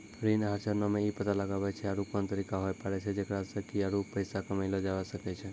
ऋण आहार चरणो मे इ पता लगाबै छै आरु कोन तरिका होय पाड़ै छै जेकरा से कि आरु पैसा कमयलो जाबै सकै छै